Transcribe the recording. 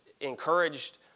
encouraged